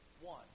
one